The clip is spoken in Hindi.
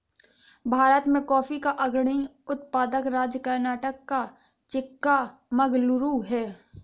भारत में कॉफी का अग्रणी उत्पादक राज्य कर्नाटक का चिक्कामगलूरू है